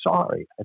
sorry